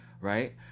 right